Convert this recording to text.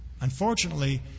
Unfortunately